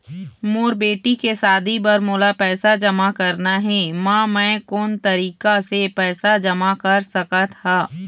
मोर बेटी के शादी बर मोला पैसा जमा करना हे, म मैं कोन तरीका से पैसा जमा कर सकत ह?